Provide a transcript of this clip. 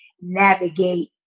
navigate